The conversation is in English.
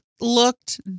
looked